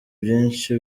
byinshi